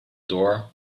door